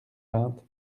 vingt